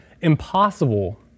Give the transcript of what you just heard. impossible